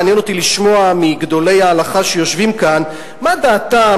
מעניין אותי לשמוע מגדולי ההלכה שיושבים כאן מה דעתם